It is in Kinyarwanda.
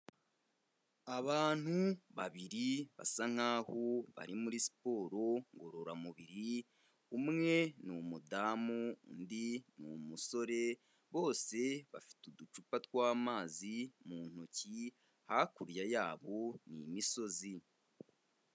Abantu babiri basa nkaho bari muri siporo ngororamubiri, umwe ni umudamu, undi ni umusore, bose bafite uducupa tw'amazi mu ntoki, hakurya yabo ni imisozi.